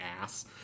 ass